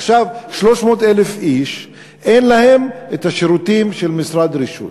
עכשיו 300,000 איש אין להם את השירותים של משרד רישוי.